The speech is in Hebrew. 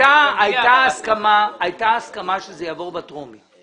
הייתה הסכמה שזה יעבור בטרומית.